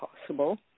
possible